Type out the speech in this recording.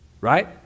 right